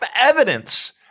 evidence